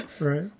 Right